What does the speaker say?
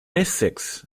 essex